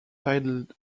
titled